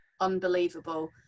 unbelievable